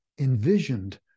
envisioned